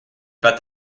about